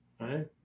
right